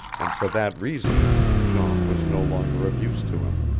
and for that reason jean was no longer of use to him.